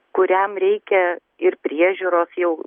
kuriam reikia ir priežiūros jau